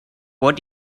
what